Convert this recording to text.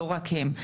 לא רק הם.